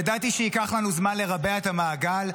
ידעתי שייקח לנו זמן לרבע את המעגל,